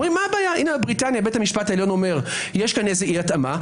אומרים על בריטניה בית המשפט העליון אומר: יש פה אי התאמה.